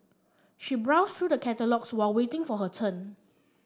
she browsed through the catalogues while waiting for her turn